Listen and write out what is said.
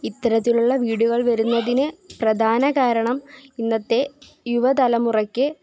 ഇത്തരത്തിലുള്ള വീഡിയോകൾ വരുന്നതിന് പ്രധാന കാരണം ഇന്നത്തെ യുവ തലമുറയ്ക്ക്